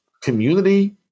community